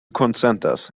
konsentas